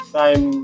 time